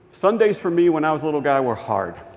sundays for me when i was a little guy were hard.